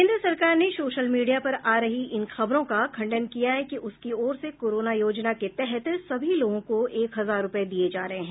केंद्र सरकार ने सोशल मीडिया पर आ रही इन खबरों का खंडन किया है कि उसकी ओर से कोरोना योजना के तहत सभी लोगों को एक हजार रुपये दिए जा रहे हैं